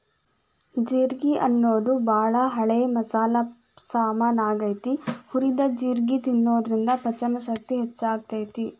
ಜೇರ್ಗಿ ಅನ್ನೋದು ಬಾಳ ಹಳೆ ಮಸಾಲಿ ಸಾಮಾನ್ ಆಗೇತಿ, ಹುರಿದ ಜೇರ್ಗಿ ತಿನ್ನೋದ್ರಿಂದ ಪಚನಶಕ್ತಿ ಹೆಚ್ಚಾಗ್ತೇತಿ